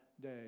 day